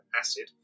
acid